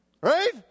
right